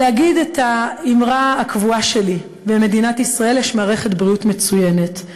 ולהגיד את האמרה הקבועה שלי: במדינת ישראל יש מערכת בריאות מצוינת.